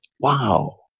wow